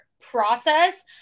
process